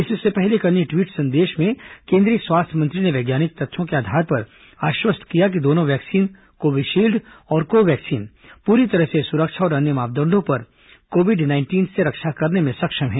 इससे पहले एक अन्य ट्वीट संदेश में केंद्रीय स्वास्थ्य मंत्री ने वैज्ञानिक तथ्यों के आधार पर आश्वस्त किया कि दोनों वैक्सीन कोविशील्ड और कोवैक्सीन पूरी तरह से सुरक्षा और अन्य मापदंडो पर कोविड नाइंटीन से रक्षा करने में सक्षम हैं